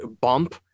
bump